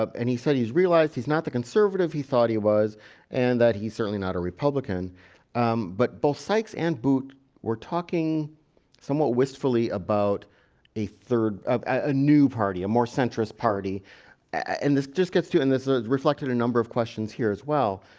and he said he's realized he's not the conservative. he thought he was and that he's certainly not a republican but both sykes and boot were talking somewhat wistfully about a third of a new party a more centrist party and this just gets to in this reflected a number of questions here as well